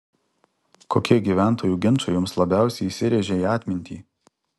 kokie gyventojų ginčai jums labiausiai įsirėžė į atmintį